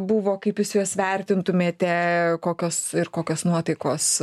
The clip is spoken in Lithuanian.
buvo kaip jūs juos vertintumėte kokios ir kokios nuotaikos